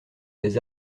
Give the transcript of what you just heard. des